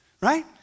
Right